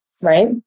right